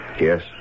Yes